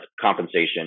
compensation